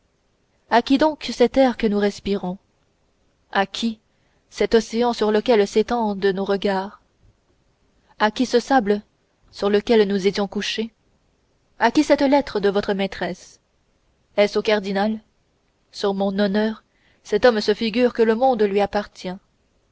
à qui donc cet air que nous respirons à qui cet océan sur lequel s'étendent nos regards à qui ce sable sur lequel nous étions couchés à qui cette lettre de votre maîtresse est-ce au cardinal sur mon honneur cet homme se figure que le monde lui appartient